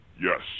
Yes